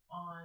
on